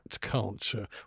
culture